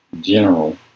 General